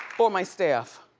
or my staff.